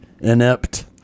Inept